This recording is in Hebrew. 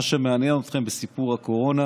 מה שמעניין אתכם בסיפור הקורונה